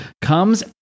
comes